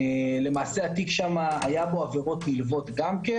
למעשה בתיק שם היו עבירות נלוות גם כן,